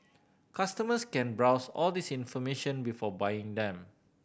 customers can browse all this information before buying them